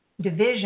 division